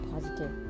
positive